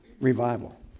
revival